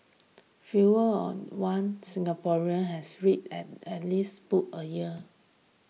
fewer on one Singaporeans has read at at least book a year